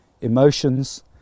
emotions